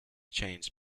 changed